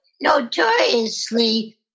Notoriously